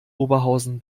oberhausen